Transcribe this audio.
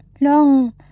Long